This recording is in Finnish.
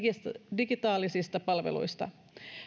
digitaalisista palveluista